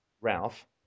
Ralph